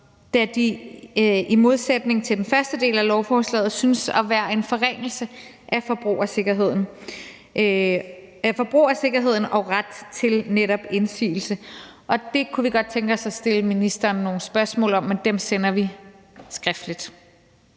da det i modsætning til den første del af lovforslaget synes at være en forringelse af forbrugersikkerheden og retten til netop indsigelse. Det kunne vi godt tænke os at stille ministeren nogle spørgsmål om, men dem sender vi skriftligt.